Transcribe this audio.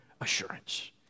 assurance